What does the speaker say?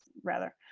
rather.